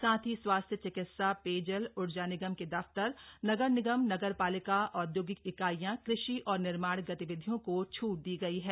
साथ ही स्वास्थ्य चिकित्सा पेयजल ऊर्जा निगम के दफ्तर नगर निगम नगरपालिका औदयोगिक इकाइयां कृषि और निर्माण गतिविधियों को छूट दी गई हैं